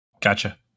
Gotcha